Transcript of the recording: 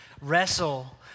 wrestle